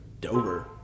Dover